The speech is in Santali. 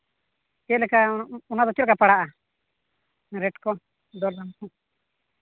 ᱪᱮᱫ ᱞᱮᱠᱟ ᱚᱱᱟ ᱫᱚ ᱪᱮᱫ ᱞᱮᱠᱟ ᱯᱟᱲᱟᱜᱼᱟ ᱨᱮᱹᱴ ᱠᱚ ᱫᱚᱨᱫᱟᱢ ᱠᱚ